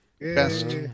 best